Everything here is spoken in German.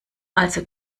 also